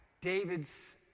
...David's